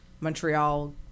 Montreal